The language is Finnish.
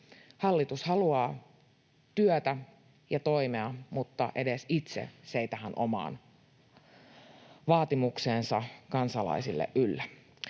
Hallitus haluaa työtä ja toimia, mutta edes itse se ei tähän omaan vaatimukseensa kansalaisille yllä.